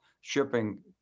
shipping